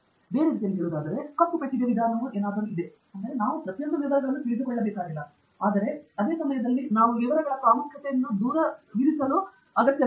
ಆದ್ದರಿಂದ ಬೇರೆ ರೀತಿಯಲ್ಲಿ ಹೇಳುವುದಾದರೆ ಕಪ್ಪು ಪೆಟ್ಟಿಗೆಯ ವಿಧಾನವು ಏನಾದರೂ ಇದೆ ನಾವು ಪ್ರತಿಯೊಂದು ವಿವರವನ್ನು ತಿಳಿದುಕೊಳ್ಳಬೇಕಾಗಿಲ್ಲ ಆದರೆ ಅದೇ ಸಮಯದಲ್ಲಿ ನಾವು ವಿವರಗಳ ಪ್ರಾಮುಖ್ಯತೆಯನ್ನು ದೂರ ತಳ್ಳುವ ಅಗತ್ಯವಿಲ್ಲ